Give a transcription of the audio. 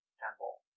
temple